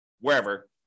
wherever